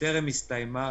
טרם הסתיימה.